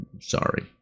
sorry